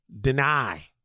deny